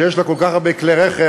שיש לה כל כך הרבה כלי רכב,